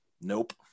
nope